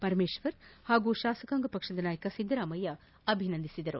ಪರಮೇಶ್ವರ್ ಹಾಗೂ ಶಾಸಕಾಂಗ ಪಕ್ಷದ ನಾಯಕ ಸಿದ್ದರಾಮಯ್ಯ ಅಭಿನಂದಿಸಿದರು